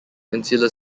insular